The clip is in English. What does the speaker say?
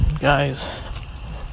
Guys